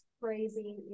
crazy